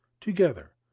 together